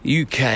UK